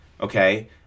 Okay